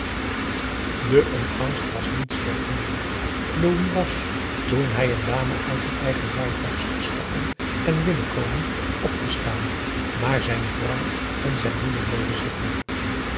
de ontvangst was niet zeer vriendelijk louis was toen hij een dame uit een eigen rijtuig zag stappen en binnenkomen opgestaan maar zijn vrouw en zijn moeder bleven zitten